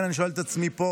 לכן אני שואל את עצמי פה: